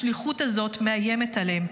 השליחות הזאת מאיימת עליהם,